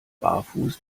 barfuß